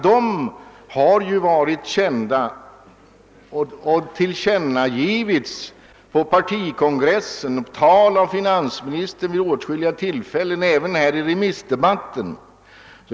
Dessa principer har tillkännagivits på partikongressen och i tal av finansministern vid åtskilliga tillfällen, även här i remissdebatten.